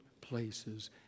places